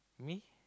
me